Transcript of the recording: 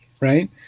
right